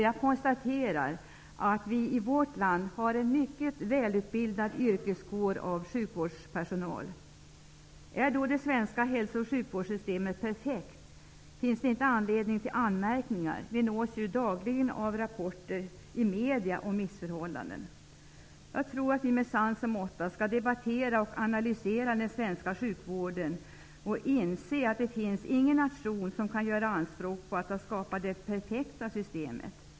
Jag konstaterar att vi i vårt land har en mycket välutbildad yrkeskår av sjukvårdspersonal. Är då det svenska hälso och sjukvårdssystemet perfekt? Finns det inte anledning till anmärkningar? Vi nås ju dagligen av rapporter i media om missförhållanden. Jag tror att vi med sans och måtta skall debattera och analysera den svenska sjukvården och inse att det finns ingen nation som kan göra anspråk på att ha skapat det perfekta systemet.